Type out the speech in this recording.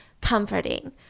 comforting